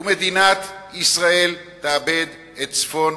ומדינת ישראל תאבד את צפון